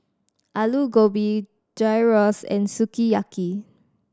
Alu Gobi Gyros and Sukiyaki